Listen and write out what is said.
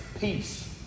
peace